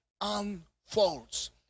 unfolds